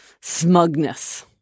smugness